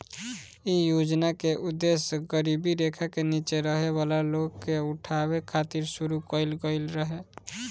इ योजना के उद्देश गरीबी रेखा से नीचे रहे वाला लोग के उठावे खातिर शुरू कईल गईल रहे